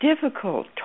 difficult